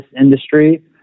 industry